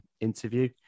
interview